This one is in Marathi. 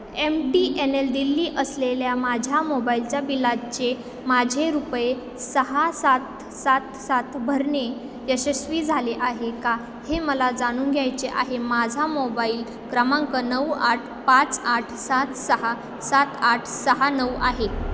M T N L Delhi असलेल्या माझ्या मोबाईलच्या बिलाचे माझे रुपये सहा सात सात सात भरणे यशस्वी झाले आहे का हे मला जाणून घ्यायचे आहे माझा मोबाईल क्रमांक नऊ आठ पाच आठ सात सहा सात आठ सहा नऊ आहे